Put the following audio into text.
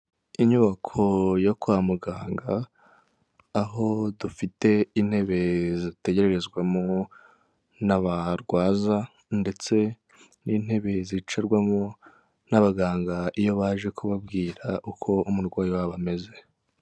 Inyubako yo kwa muganga, aho dufite intebe zitegererezwamo n'abarwaza ndetse n'intebe zicarwamo n'abaganga iyo baje kubabwira uko umurwayi wabo ameze.